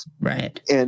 Right